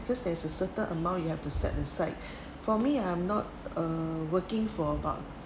cause there's a certain amount you have to set aside for me I'm not uh working for about